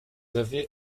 avez